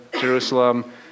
Jerusalem